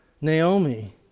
Naomi